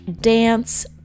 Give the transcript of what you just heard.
dance